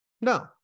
No